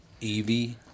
Evie